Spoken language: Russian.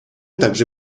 также